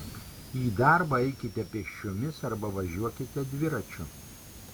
į darbą eikite pėsčiomis arba važiuokite dviračiu